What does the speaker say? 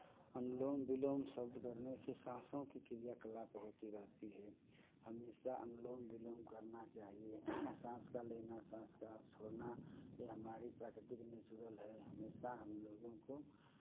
अनुलोम विलोम शब्द करने से साँसों की क्रिया कलाप होती रहती है हमेशा अनुलोम विलोम करना चाहिये साँस का लेना साँस का छोड़ना ये हमारी प्राकृतिक नेचुरल है हमेशा हम लोगों को